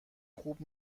خوب